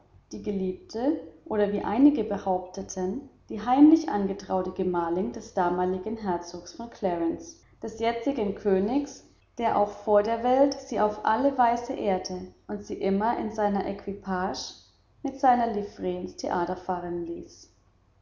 die geliebte oder wie einige behaupteten die heimlich angetraute gemahlin des damaligen herzogs von clarence des jetzigen königs der auch vor der welt sie auf alle weise ehrte und sie immer in seiner equipage mit seiner livree ins theater fahren ließ